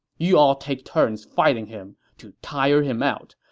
you all take turns fighting him to tire him out,